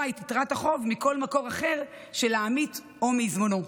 את יתרת החוב מכל מקור אחר של העמית או מעיזבונו.